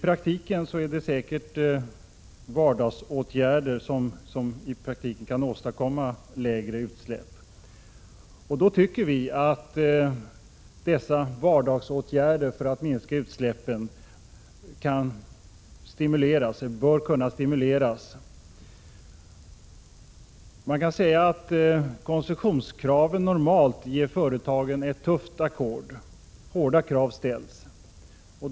Det är säkert vardagsåtgärder som i praktiken kan åstadkomma lägre utsläpp. Vi tycker att dessa vardagsåtgärder för att minska utsläppen bör kunna stimuleras. Man kan säga att koncessionskraven normalt ger företagen ett tufft ackord. Hårda krav ställs.